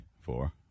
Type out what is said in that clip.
four